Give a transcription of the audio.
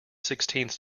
sixteenth